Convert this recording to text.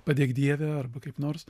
padėk dieve arba kaip nors